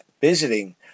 visiting